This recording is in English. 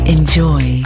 Enjoy